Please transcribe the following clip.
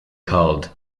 called